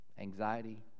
anxiety